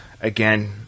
again